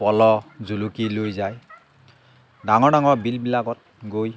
পলহ জুলুকী লৈ যায় ডাঙৰ ডাঙৰ বিলবিলাকত গৈ